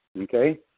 Okay